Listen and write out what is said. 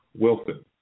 Wilson